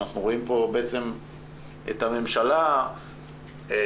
אנחנו רואים פה בעצם את הממשלה נשרכת